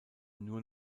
nur